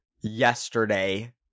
yesterday